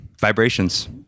Vibrations